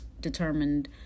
determined